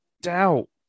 doubt